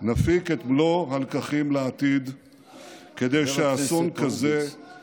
נפיק את מלוא הלקחים לעתיד כדי שאסון כזה לא יחזור על עצמו.